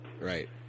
Right